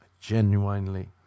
Genuinely